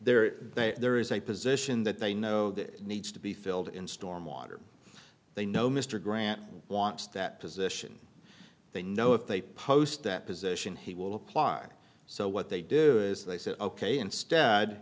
there there is a position that they know that needs to be filled in stormwater they know mr grant wants that position they know if they post that position he will apply so what they do is they say ok instead